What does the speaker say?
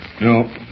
No